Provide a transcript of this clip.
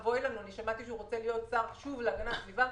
ששמעתי שהוא רוצה להיות שוב שר להגנת הסביבה,